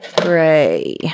gray